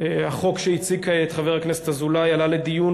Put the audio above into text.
החוק שהציג כעת חבר הכנסת אזולאי עלה לדיון